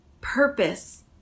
purpose